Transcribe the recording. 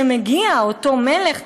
אותו מלך,